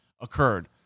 occurred